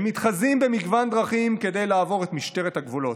הם מתחזים במגוון דרכים כדי לעבור את משטרת הגבולות.